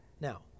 now